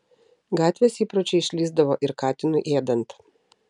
gatvės įpročiai išlįsdavo ir katinui ėdant